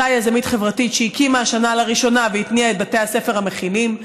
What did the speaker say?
אותה יזמית חברתית שהקימה השנה לראשונה והתניעה את בתי הספר המכילים,